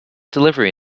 delivery